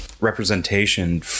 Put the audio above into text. representation